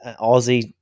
Aussie